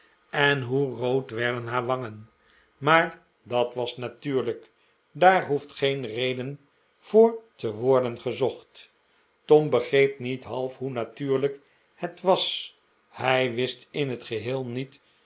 en hoe rood werden haar wangenl maar dat was natuurlijk daar hoeft geen reden voor te worden gezocht tom begreep niet half hoe natuurlijk het was hij wist in t geheel niet